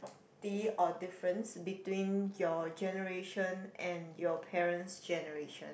ty or difference between your generation and your parents' generation